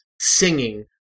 singing